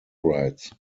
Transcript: rights